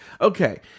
Okay